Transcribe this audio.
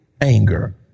anger